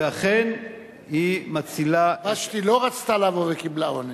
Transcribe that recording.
ואכן היא מצילה, ושתי לא רצתה לבוא וקיבלה עונש.